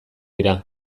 dira